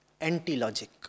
anti-logic